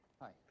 Hi